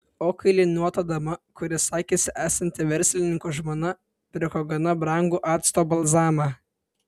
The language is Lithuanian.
o kailiniuota dama kuri sakėsi esanti verslininko žmona pirko gana brangų acto balzamą